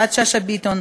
יפעת שאשא ביטון,